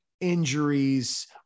injuries